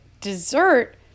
dessert